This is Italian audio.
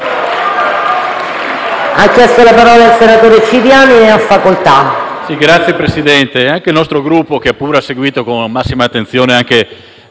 Grazie